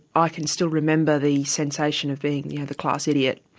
i can still remember the sensation of being yeah the class idiot,